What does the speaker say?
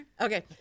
Okay